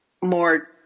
more